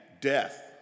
death